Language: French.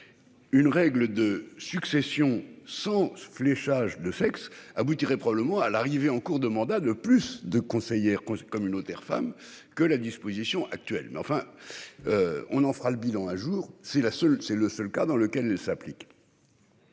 Une règle de succession sans fléchage le sexe aboutirait probablement à l'arrivée en cours de mandat de plus de conseillère communautaire femme que la disposition actuelle mais enfin. On en fera le bilan à jour, c'est la seule. C'est le seul cas dans lequel ne s'applique.